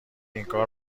اینکار